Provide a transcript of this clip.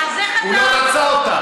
הוא לא רצה אותה.